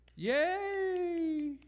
Yay